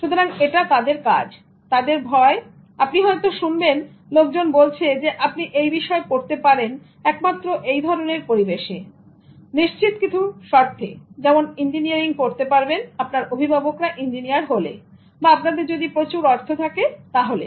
সুতরাং এটা তাদের কাজ তাদের ভয় সুতরাং আপনি হয়তো শুনবেন লোকজন বলছে যে আপনি এই বিষয় পড়তে পারেন একমাত্র এই ধরনের পরিবেশে নিশ্চিত কিছু শর্তেযেমন ইঞ্জিনিয়ারিং পড়তে পারবেন আপনার অভিভাবকরা ইঞ্জিনীয়ার হলেবা আপনাদের প্রচুর অর্থ থাকলে